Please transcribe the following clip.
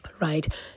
right